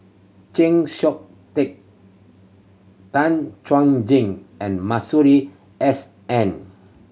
Chng Seok Tin Tan Chuan Jin and Masuri S N